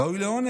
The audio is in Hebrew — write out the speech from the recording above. הוא ראוי לעונש,